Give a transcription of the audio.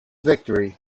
victory